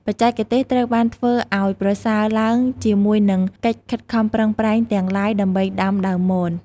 បច្ចេកទេសត្រូវបានធ្វើឱ្យប្រសើរឡើងជាមួយនិង កិច្ចខិតខំប្រឹងប្រែងទាំងឡាយដើម្បីដាំដើមមន។